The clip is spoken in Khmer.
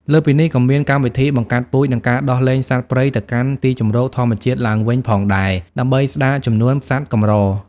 លើសពីនេះ ក៏មានកម្មវិធីបង្កាត់ពូជ និងការដោះលែងសត្វព្រៃទៅកាន់ទីជម្រកធម្មជាតិឡើងវិញផងដែរ ដើម្បីស្តារចំនួនសត្វកម្រ។